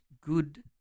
good